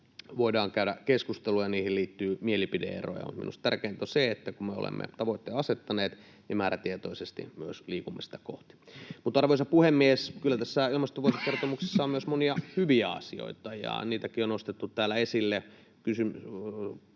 voidaan käydä keskustelua, ja niihin liittyy mielipide-eroja, mutta minusta tärkeintä on se, että kun me olemme tavoitteen asettaneet, niin määrätietoisesti myös liikumme sitä kohti. Mutta, arvoisa puhemies, kyllä tässä ilmastovuosikertomuksessa on myös monia hyviä asioita, ja niitäkin on nostettu täällä esille.